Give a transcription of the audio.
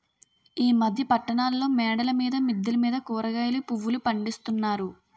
ఈ మధ్య పట్టణాల్లో మేడల మీద మిద్దెల మీద కూరగాయలు పువ్వులు పండిస్తున్నారు